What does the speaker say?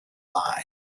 line